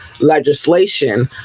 legislation